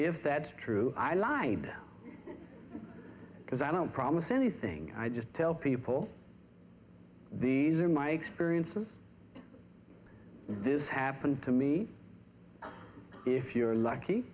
if that's true i live now because i don't promise anything i just tell people these are my experiences this happened to me if you're lucky